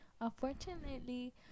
unfortunately